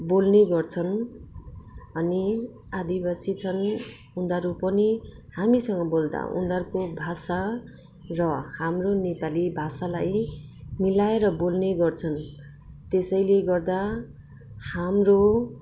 बोल्ने गर्छन् अनि आदिवासी छन् उनीहरू पनि हामीसँग बोल्दा उनीहरूको भाषा र हाम्रो नेपाली भाषालाई मिलाएर बेल्ने गर्छन् त्यसैले गर्दा हाम्रो